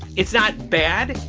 it's not bad,